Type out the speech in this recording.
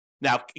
Now